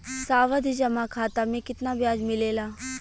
सावधि जमा खाता मे कितना ब्याज मिले ला?